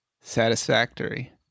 satisfactory